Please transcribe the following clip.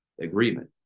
agreement